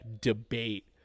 debate